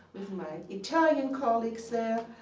my italian colleagues there,